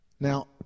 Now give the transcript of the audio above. Now